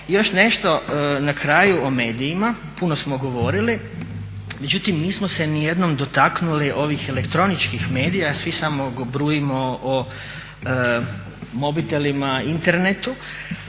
Još nešto na kraju o medijima puno smo govorili, međutim nismo se nijednom dotaknuli ovih elektroničkih medija, svi samo brujimo o mobitelima, Internetu.